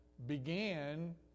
began